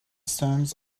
storms